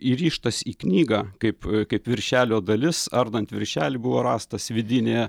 įrištas į knygą kaip kaip viršelio dalis ardant viršelį buvo rastas vidinėje